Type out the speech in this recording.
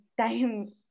time